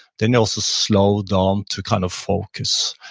then you'll also slow down to kind of focus.